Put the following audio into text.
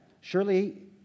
Surely